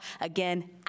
again